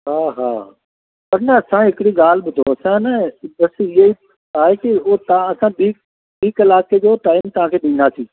हा हा पर असां हिकिड़ी ॻाल्हि ॿुधो असां न बसि इहे ई छाहे की हुतां असां बि ॿीं कलाक जो टाइम तव्हांखे ॾींदासीं